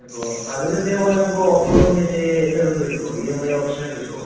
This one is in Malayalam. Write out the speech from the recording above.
ഇപ്പോൾ അതിന് ഇതേപോലെ നമുക്ക് ഓഫറും മറ്റേ ഇതൊക്കെ കിട്ടുവോ ഇ എം ഐ ഓപ്ഷനൊക്കെ കിട്ടുവോ